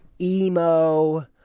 emo